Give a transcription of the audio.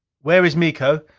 where is miko?